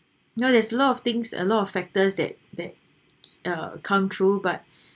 you know there's a lot of things a lot of factors that that uh come through but